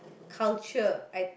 culture I